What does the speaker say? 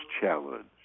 challenge